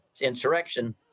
insurrection